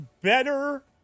better